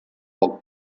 poc